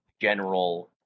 general